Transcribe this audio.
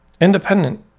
independent